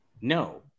no